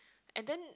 and then